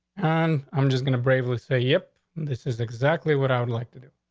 and i'm just gonna break with, say, yep. this is exactly what i would like to do.